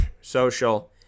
social